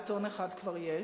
עיתון אחד כבר יש,